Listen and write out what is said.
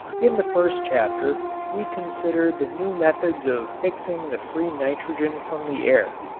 in the first chapter we considered the new methods of fixing the free nitrogen from the air.